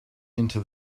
into